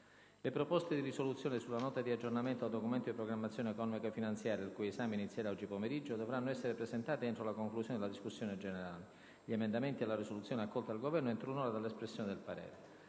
Le proposte di risoluzione sulla Nota di aggiornamento al Documento di programmazione economico-finanziaria - il cui esame inizierà oggi pomeriggio - dovranno essere presentate entro la conclusione della discussione generale; gli emendamenti alla risoluzione accolta dal Governo entro un'ora dall'espressione del parere.